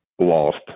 lost